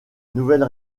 nouvelle